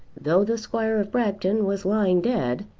though the squire of bragton was lying dead